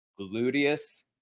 Gluteus